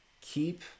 Keep